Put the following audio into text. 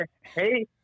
Hey